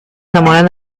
enamoran